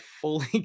fully